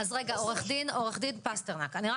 כמה